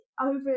over